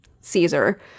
Caesar